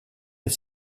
est